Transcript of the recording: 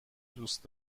دوست